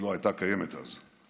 היא לא הייתה קיימת אז.